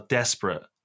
desperate